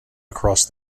across